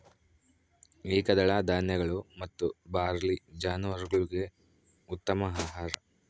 ಏಕದಳ ಧಾನ್ಯಗಳು ಮತ್ತು ಬಾರ್ಲಿ ಜಾನುವಾರುಗುಳ್ಗೆ ಉತ್ತಮ ಆಹಾರ